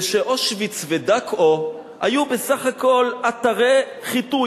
אושוויץ ודכאו היו בסך הכול אתרי חיטוי.